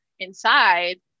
inside